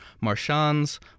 marchands